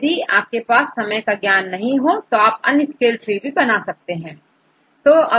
और यदि यदि आपके पास समय का ज्ञान नहीं हो तो आप unscale ट्री बनाएंगे